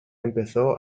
empezó